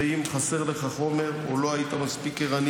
ואם חסר לך חומר או לא היית מספיק ערני